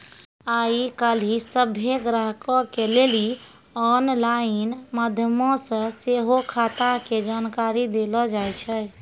आइ काल्हि सभ्भे ग्राहको के लेली आनलाइन माध्यमो से सेहो खाता के जानकारी देलो जाय छै